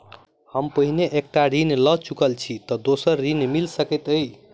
हम पहिने एक टा ऋण लअ चुकल छी तऽ दोसर ऋण मिल सकैत अई?